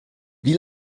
wie